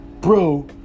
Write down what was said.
bro